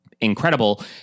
incredible